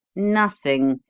nothing,